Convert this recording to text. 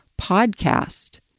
podcast